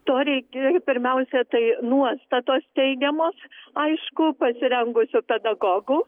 to reik pirmiausia tai nuostatos teigiamos aišku pasirengusių pedagogų